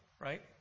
right